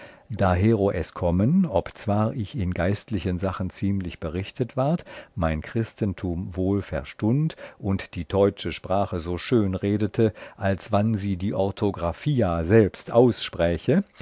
dahero es kommen obzwar ich in geistlichen sachen ziemlich berichtet ward mein christentum wohl verstund und die teutsche sprache so schön redete als wann sie die orthographia selbst ausspräche